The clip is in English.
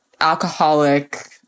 alcoholic